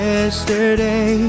Yesterday